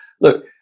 look